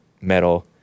metal